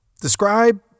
Describe